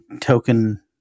token